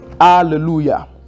hallelujah